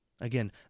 Again